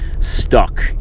stuck